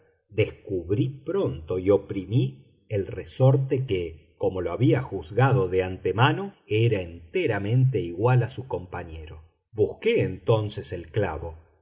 descubrí pronto y oprimí el resorte que como lo había juzgado de antemano era enteramente igual a su compañero busqué entonces el clavo